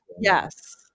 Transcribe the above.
yes